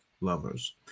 lovers